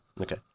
Okay